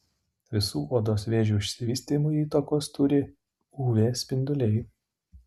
visų odos vėžių išsivystymui įtakos turi uv spinduliai